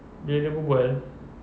dia punya berbual